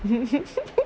mmhmm